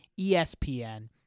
ESPN